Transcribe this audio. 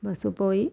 ബസ്സിൽപ്പോയി